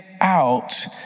out